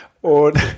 Und